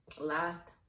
laughed